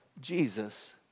Jesus